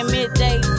Midday